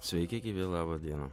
sveiki gyvi laba diena